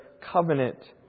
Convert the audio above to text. covenant